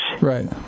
Right